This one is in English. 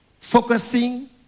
Focusing